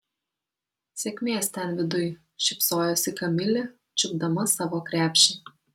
sėkmės ten viduj šypsojosi kamilė čiupdama savo krepšį